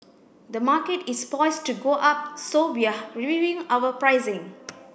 the market is poised to go up so we're reviewing our pricing